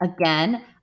again